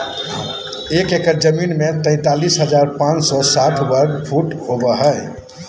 एक एकड़ जमीन में तैंतालीस हजार पांच सौ साठ वर्ग फुट होबो हइ